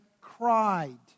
cried